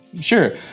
sure